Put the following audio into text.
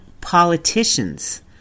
politicians